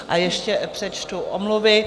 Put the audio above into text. A ještě přečtu omluvy.